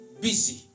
busy